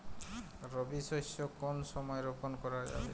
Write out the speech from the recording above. রবি শস্য কোন সময় রোপন করা যাবে?